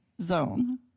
zone